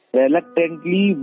reluctantly